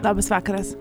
labas vakaras